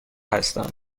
هستم